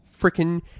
freaking